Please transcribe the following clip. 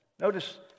Notice